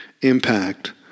impact